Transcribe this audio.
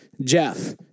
Jeff